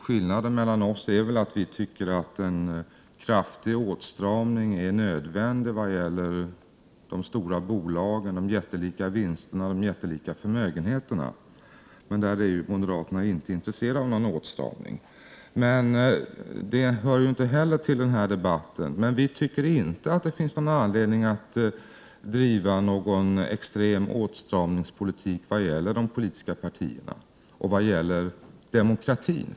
Skillnaden är att vi tycker att en kraftig åtstramning är nödvändig vad gäller de stora bolagen, de jättelika vinsterna och de jättelika förmögenheterna, men där är moderaterna inte intresserade av någon åtstramning. Men det hör inte heller till den här debatten. Vi tycker inte att det finns anledning att driva någon extrem åtstramningspolitik gentemot de politiska partierna och demokratin.